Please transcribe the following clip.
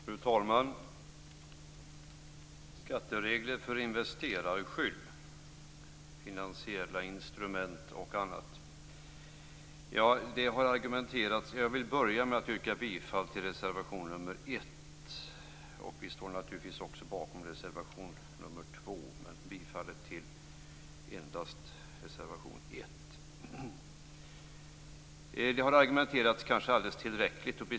Fru talman! Det här betänkandet handlar om skatteregler, investerarskydd, finansiella instrument och annat. Jag vill börja med att yrka bifall till reservation nr 1. Vi står naturligtvis också bakom reservation nr 2, men yrkar endast bifall till reservation 1. Det har kanske argumenterats alldeles tillräckligt.